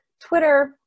Twitter